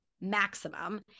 maximum